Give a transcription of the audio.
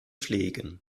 pflegen